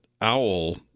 owl